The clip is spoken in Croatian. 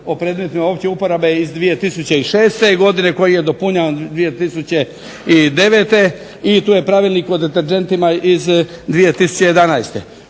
o predmetima opće uporabe iz 2006. godine koji je dopunjavan 2009. I tu je Pravilnik o deterdžentima iz 2011.